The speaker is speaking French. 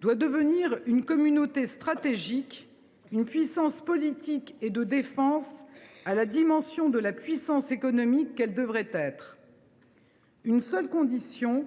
doit devenir une communauté stratégique, une puissance politique et de défense à la dimension de la puissance économique qu’elle devrait être. Il y a à cela une seule condition :